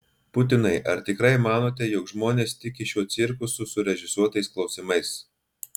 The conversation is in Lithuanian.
putinai ar tikrai manote jog žmonės tiki šiuo cirku su surežisuotais klausimais